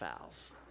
fouls